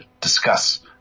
discuss